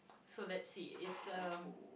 so let's see it's a